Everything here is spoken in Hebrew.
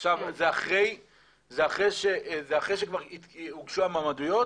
עכשיו זה אחרי שעכשיו הוגשו המועמדויות?